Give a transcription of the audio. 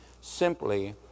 simply